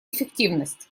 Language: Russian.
эффективность